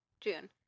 June